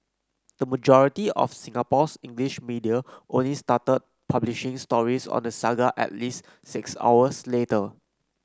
the majority of Singapore's English media only started publishing stories on the saga at least six hours later